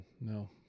No